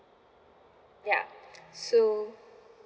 ya so